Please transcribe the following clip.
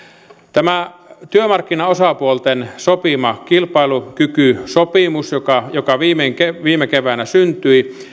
tämän työmarkkinaosapuolten sopiman kilpailukykysopimuksen joka joka viime keväänä syntyi